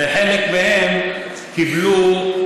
וחלק מהם קיבלו,